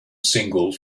single